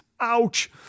Ouch